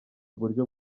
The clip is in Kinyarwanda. uburyo